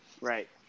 Right